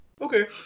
okay